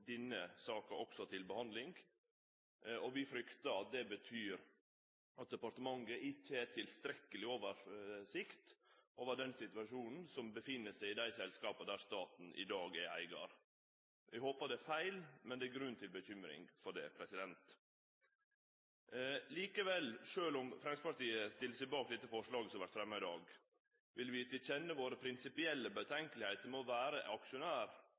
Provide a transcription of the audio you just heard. denne saka til behandling. Vi fryktar at det betyr at departementet ikkje har tilstrekkeleg oversikt over situasjonen i dei selskapa der staten i dag er eigar. Eg håpar det er feil, men det er grunn til bekymring for det. Likevel – sjølv om Framstegspartiet stiller seg bak dette forslaget som vert fremma i dag, vil vi gi til kjenne vår prinsipielle skepsis til å vere aksjonær